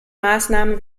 maßnahmen